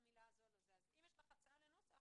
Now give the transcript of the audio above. יש לך הצעה לנוסח